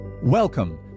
Welcome